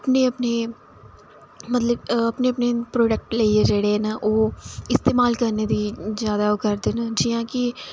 अपने अपने मतलब अपने अपने प्रोडेक्ट न जेह्ड़े ओह् इस्तेमाल करने दी जादा ओह् करदे न जि'यां कि ओह्